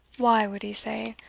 why, would he say,